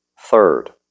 Third